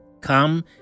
Come